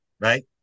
right